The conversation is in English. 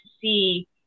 see